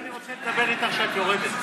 על זה אני רוצה לדבר איתך כשאת יורדת.